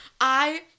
I-